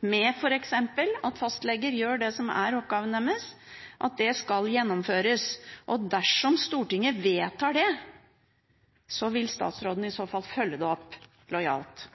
med f.eks. at fastleger gjør det som er oppgaven deres, skal det gjennomføres? Og dersom Stortinget vedtar det, vil statsråden i så fall følge det opp lojalt?